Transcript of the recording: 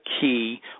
key